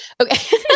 Okay